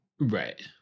Right